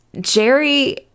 Jerry